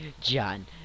John